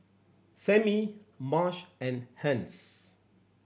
Samie Marsh and Hence